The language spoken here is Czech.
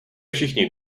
všichni